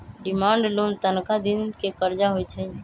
demand loan तनका दिन के करजा होइ छइ